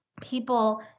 people